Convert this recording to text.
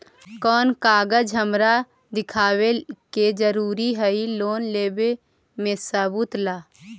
कौन कागज हमरा दिखावे के जरूरी हई लोन लेवे में सबूत ला?